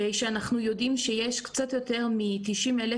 אנחנו יודעים שיש קצת יותר מ-90,000